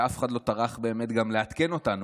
ואף אחד לא טרח באמת גם לעדכן אותנו.